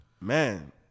man